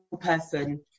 person